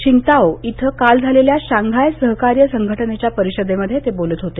Qingdao इथं काल झालेल्या शांघाय सहकार्य संघटनेच्या परिषदेमध्ये ते बोलत होते